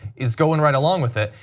is going right along with it.